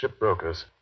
shipbrokers